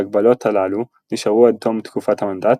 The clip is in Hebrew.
ההגבלות הללו נשארו עד תום תקופת המנדט,